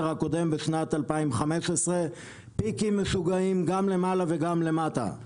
הקודם בשנת 2015. פיקים משוגעים גם למעלה וגם למטה.